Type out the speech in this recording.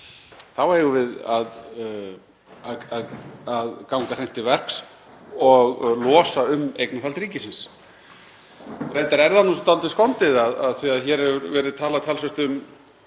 þá eigum við að ganga hreint til verks og losa um eignarhald ríkisins. Reyndar er það nú dálítið skondið, af því að hér hefur verið talað talsvert um